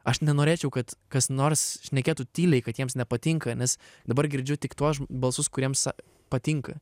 aš nenorėčiau kad kas nors šnekėtų tyliai kad jiems nepatinka nes dabar girdžiu tik tuos balsus kuriems patinka